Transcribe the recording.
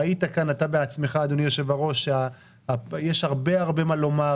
ראית כאן אתה בעצמך אדוני היושב ראש שיש הרבה מה לומר,